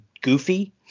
goofy